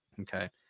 Okay